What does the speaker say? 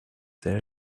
there